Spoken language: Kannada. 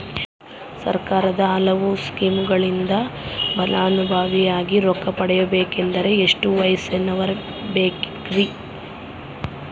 ಸರ್ಕಾರದ ಹಲವಾರು ಸ್ಕೇಮುಗಳಿಂದ ಫಲಾನುಭವಿಯಾಗಿ ರೊಕ್ಕ ಪಡಕೊಬೇಕಂದರೆ ಎಷ್ಟು ವಯಸ್ಸಿರಬೇಕ್ರಿ?